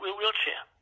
wheelchair